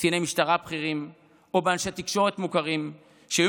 בקציני משטרה בכירים או באנשי תקשורת מוכרים שהיו